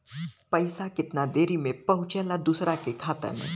पैसा कितना देरी मे पहुंचयला दोसरा के खाता मे?